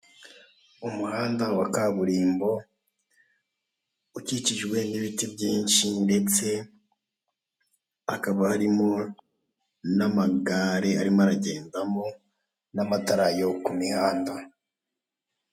Umuhanda wa kaburimbo ukikijwe n'ibiti byinshi ndetse hakaba harimo n'amagare arimo aragendamo n'amatara yo ku mihanda.